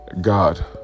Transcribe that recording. God